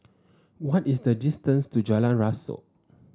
what is the distance to Jalan Rasok